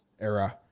era